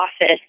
office